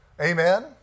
Amen